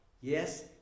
Yes